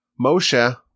Moshe